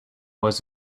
was